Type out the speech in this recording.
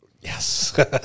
Yes